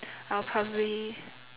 I will probably